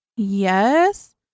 Yes